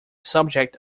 subject